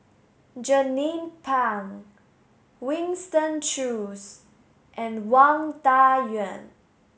Jernnine Pang Winston Choos and Wang Dayuan